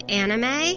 anime